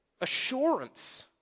assurance